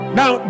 now